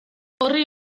orri